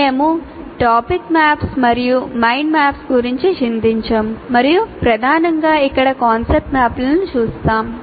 మేము topic maps మరియు mind maps గురించి చింతించము మరియు ప్రధానంగా ఇక్కడ కాన్సెప్ట్ మ్యాప్లను చూస్తాము